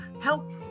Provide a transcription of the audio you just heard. help